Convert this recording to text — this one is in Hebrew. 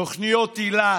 תוכניות היל"ה,